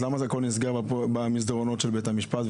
למה הכול נסגר במסדרונות של בית המשפט,